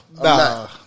Nah